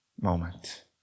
moment